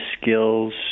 skills